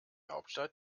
hauptstadt